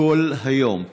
כל היום.